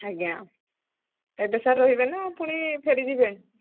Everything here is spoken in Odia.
ଆଜ୍ଞା ଏବେ ସାର୍ ରହିବେ ନା ପୁଣି ଫେରି ଯିବେ